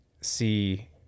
see